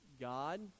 God